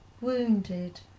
wounded